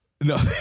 No